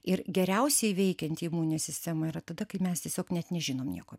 ir geriausiai veikianti imuninė sistema yra tada kai mes tiesiog net nežinom nieko